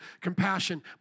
compassion